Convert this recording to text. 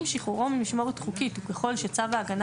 עם שחרורו ממשמורת חוקית וככל שצו ההגנה